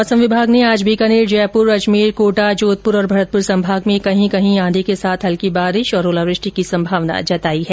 मौसम विभाग ने आज बीकानेर जयपुर अजमेर कोटा जोधपुर और भरतपुर संभाग में कहीं कहीं आंधी के साथ हल्की बारिश और ओलावृष्टि की संभावना जताई है